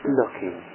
looking